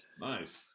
Nice